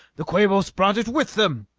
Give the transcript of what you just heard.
the quabos brought it with them.